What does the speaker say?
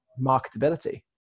marketability